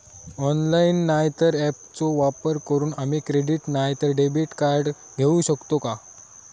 Online नाय तर ऍपचो वापर करून आम्ही क्रेडिट नाय तर डेबिट कार्ड घेऊ शकतो का?